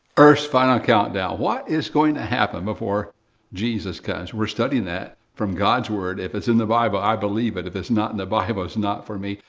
earth's final countdown. what is going to happen before jesus comes? we're studying that from god's word. if it's in the bible, i believe it. if it's not in the bible, it's not for me.